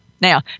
Now